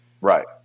Right